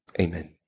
Amen